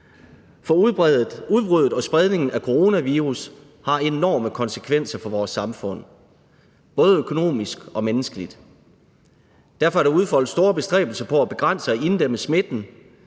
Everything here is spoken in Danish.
for udbruddet og spredningen af coronavirus har enorme konsekvenser for vores samfund, både økonomisk og menneskeligt. Derfor er der udfoldet store bestræbelser på at begrænse og inddæmme smitten.